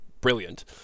brilliant